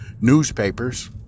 newspapers